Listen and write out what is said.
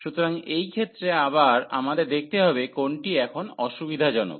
সুতরাং এই ক্ষেত্রে আবার আমাদের দেখতে হবে কোনটি এখন সুবিধাজনক